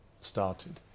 started